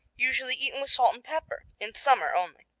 usually eaten with salt and pepper, in summer only.